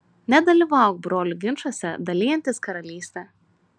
nedalyvauk brolių ginčuose dalijantis karalystę